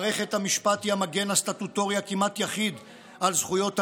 מערכת המשפט היא המגן הסטטוטורי הכמעט-יחיד על זכויות העם,